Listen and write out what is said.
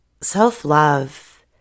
self-love